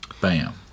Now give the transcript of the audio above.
bam